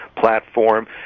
platform